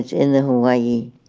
in the hawaii